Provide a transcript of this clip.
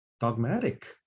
dogmatic